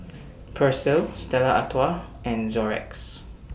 Persil Stella Artois and Xorex